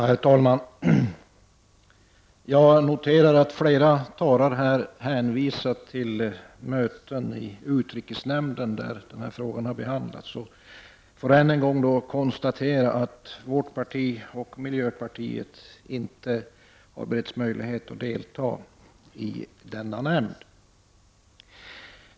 Herr talman! Jag noterar att flera talare hänvisar till de möten i utrikesnämnden där den här frågan har behandlats. Jag konstaterar än en gång att vårt parti och miljöpartiet inte har beretts möjlighet att delta i denna nämnd.